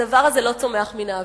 הדבר הזה לא צומח מן האוויר.